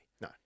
No